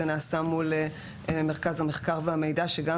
זה נעשה מול מרכז המחקר והמידע שגם